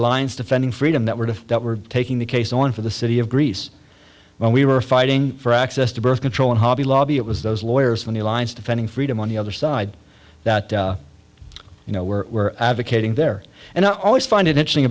alliance defending freedom that were taking the case on for the city of greece when we were fighting for access to birth control and hobby lobby it was those lawyers from the alliance defending freedom on the other side that you know were advocating there and i always find it interesting